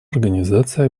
организация